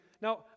Now